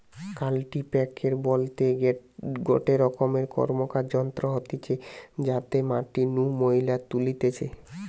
কাল্টিপ্যাকের বলতে গটে রকম র্কমকার যন্ত্র হতিছে যাতে মাটি নু ময়লা তুলতিছে